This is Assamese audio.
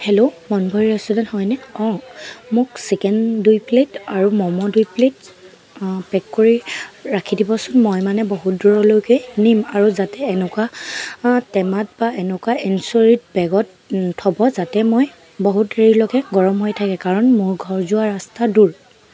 হেল্ল' মনভৰি ৰেষ্টুৰেণ্ট হয়নে অ' মোক চিকেন দুই প্লে'ট আৰু মম' দুই প্লে'ট পে'ক কৰি ৰাখি দিব চোন মই মানে বহুত দূৰলৈকে নিম আৰু যাতে এনকুৱা টেমাত বা এনেকুৱা বেগত থব যাতে মই বহুত দেৰিলৈকে গৰম হৈ থাকে কাৰণ মোৰ ঘৰ যোৱা ৰাস্তা দূৰ